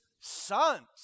sons